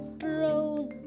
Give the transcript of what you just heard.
bros